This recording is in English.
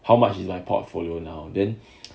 how much is my portfolio now then